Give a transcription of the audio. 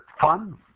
fun